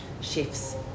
chef's